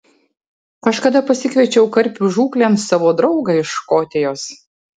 kažkada pasikviečiau karpių žūklėn savo draugą iš škotijos